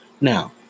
now